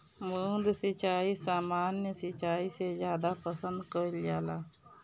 बूंद सिंचाई सामान्य सिंचाई से ज्यादा पसंद कईल जाला